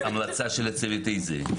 המלצה של איזה צוות?